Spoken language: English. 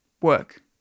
work